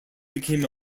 became